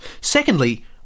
Secondly